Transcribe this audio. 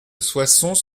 soissons